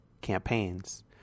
campaigns